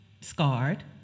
scarred